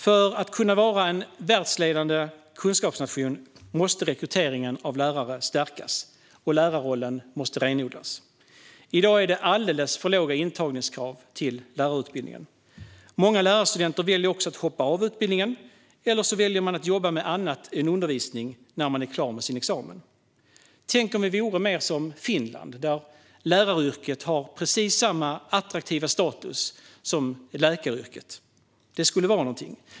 För att Sverige ska kunna vara en världsledande kunskapsnation måste rekryteringen av lärare stärkas och lärarrollen renodlas. I dag är det alldeles för låga intagningskrav till lärarutbildningen. Många lärarstudenter väljer också att hoppa av utbildningen eller jobba med annat än undervisning efter examen. Tänk om vi vore mer som Finland, där läraryrket har precis samma attraktiva status som läkaryrket! Det skulle vara någonting.